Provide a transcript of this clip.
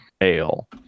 ale